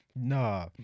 nah